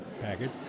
package